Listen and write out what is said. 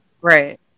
right